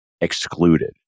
excluded